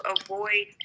avoid